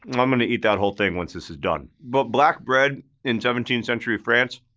hmm i'm gonna eat that whole thing. once this is done but black bread in seventeenth century, france.